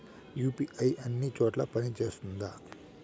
UPI అన్ని చోట్ల పని సేస్తుందా?